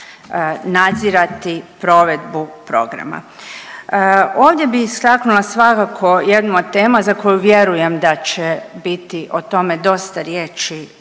nadzirati provedbu programa. Ovdje bih istaknula jednu od tema za koju vjerujem da će o tome biti dosta riječi